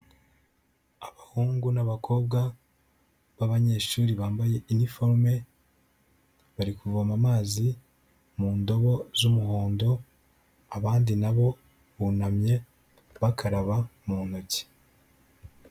Abahungu n'abakobwa b'abanyeshuri bambaye iniforume bari kuvoma amazi mu ndobo z'umuhondo, abandi nabo bunamye bakaraba mu ntoki.